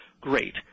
great